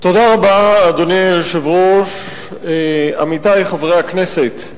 אדוני היושב-ראש, תודה רבה, עמיתי חברי הכנסת,